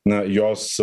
na jos